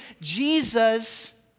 Jesus